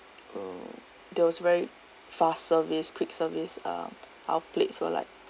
uh there was very fast service quick service uh our plates were like